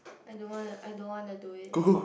I don't want to I don't want to do it